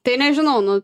tai nežinau nu